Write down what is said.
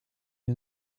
den